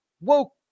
woke